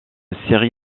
série